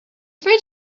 afraid